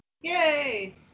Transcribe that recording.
Yay